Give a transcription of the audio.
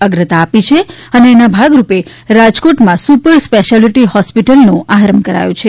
અગ્રતા આપી છે અને એના ભાગરૂપે રાજકોટમાં સુપર સ્પેશિયાલીટી હોસ્પિટલનો આરંભ કરાયો છે